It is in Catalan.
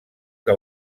que